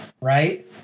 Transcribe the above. right